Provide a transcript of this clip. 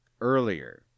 earlier